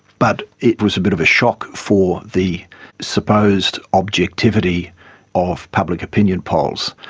but it was a bit of a shock for the supposed objectivity of public opinion polls.